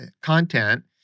content